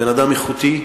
בן-אדם איכותי,